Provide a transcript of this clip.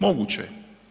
Moguće je.